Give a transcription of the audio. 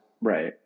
Right